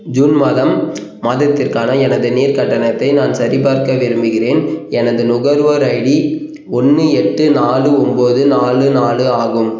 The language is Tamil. ஜூன் மாதம் மாதத்திற்கான எனது நீர் கட்டணத்தை நான் சரிபார்க்க விரும்புகிறேன் எனது நுகர்வோர் ஐடி ஒன்று எட்டு நாலு ஒம்பது நாலு நாலு ஆகும்